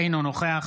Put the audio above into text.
אינו נוכח